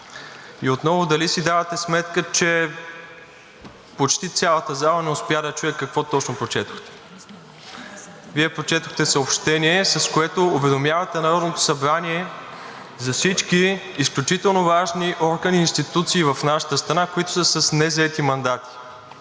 Отново – дали си давате сметка, че почти цялата зала не успя да чуе какво точно прочетохте? Вие прочетохте съобщение, с което уведомявате Народното събрание за всички изключително важни органи и институции в нашата страна, които са с незаети мандати.